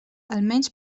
almenys